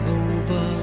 over